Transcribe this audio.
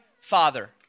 father